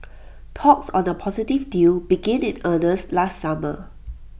talks on A possible deal began in earnest last summer